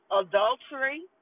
adultery